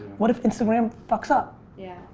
what if instagram fucks up? yeah.